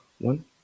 one